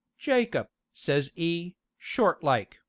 jacob, says e, short like,